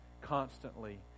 constantly